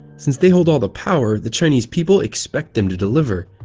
since they hold all the power, the chinese people expect them to deliver.